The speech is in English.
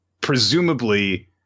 Presumably